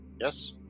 Yes